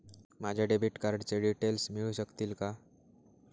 माझ्या डेबिट कार्डचे डिटेल्स मिळू शकतील का?